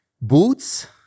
Boots